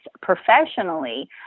professionally